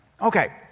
Okay